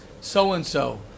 so-and-so